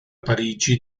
parigi